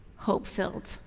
hope-filled